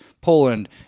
Poland